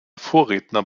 vorredner